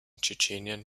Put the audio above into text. tschetschenien